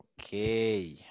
Okay